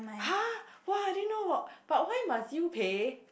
!huh! !wah! I didn't know about but why must you pay